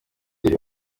iyo